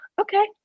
okay